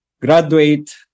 graduate